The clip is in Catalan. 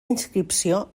inscripció